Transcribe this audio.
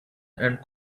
and